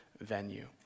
Venue